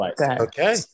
okay